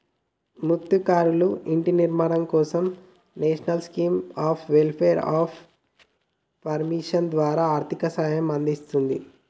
మత్స్యకారులకు ఇంటి నిర్మాణం కోసం national scheme of welfare of fishermen ద్వారా ఆర్థిక సహాయం అందిస్తున్రు